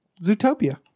Zootopia